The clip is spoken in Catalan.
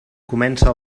comença